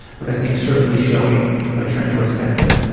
but i think certainly showing a trend toward benefit.